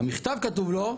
במכתב כתוב לו,